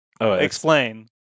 Explain